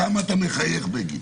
למה אתה מחייך, בגין?